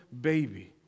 baby